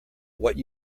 what